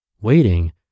Waiting